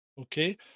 Okay